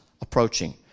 approaching